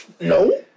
No